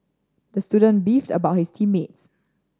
the student beefed about his team mates